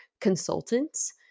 consultants